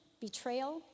betrayal